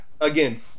again